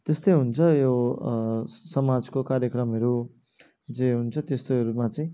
त्यस्तै हुन्छ यो समाजको कार्यक्रमहरू जे हुन्छ त्यस्तोहरूमा चाहिँ